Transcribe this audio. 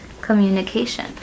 communication